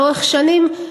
לאורך שנים,